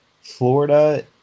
Florida